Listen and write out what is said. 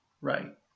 Right